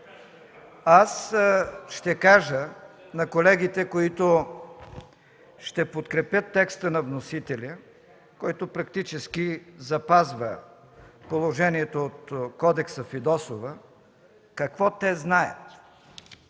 Аз ще кажа на колегите, които ще подкрепят текста на вносителя, който практически запазва положението от Кодекса Фидосова, какво те знаят.